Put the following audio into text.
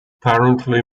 apparently